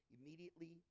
Immediately